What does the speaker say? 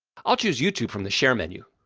i'll choose youtube from the share menu.